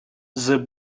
the